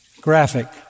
Graphic